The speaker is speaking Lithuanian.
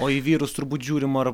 o į vyrus turbūt žiūrima